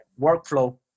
workflow